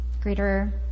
greater